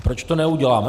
Proč to neuděláme?